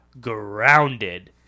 grounded